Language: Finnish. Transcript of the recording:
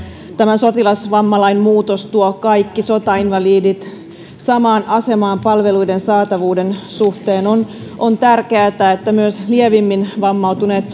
tämä sotilasvammalain muutos tuo kaikki sotainvalidit samaan asemaan palveluiden saatavuuden suhteen on on tärkeätä että myös lievimmin vammautuneet